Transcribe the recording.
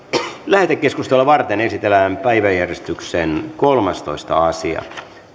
lähetekeskustelua varten esitellään päiväjärjestyksen kolmastoista asia puhemiesneuvosto